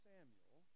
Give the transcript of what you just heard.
Samuel